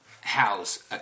house